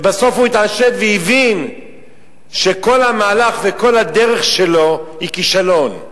ובסוף הוא התעשת והבין שכל המהלך וכל הדרך שלו היא כישלון,